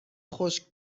خشک